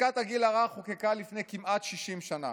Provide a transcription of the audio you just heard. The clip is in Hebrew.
חזקת הגיל הרך חוקקה לפני כמעט 60 שנה.